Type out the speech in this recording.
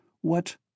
What—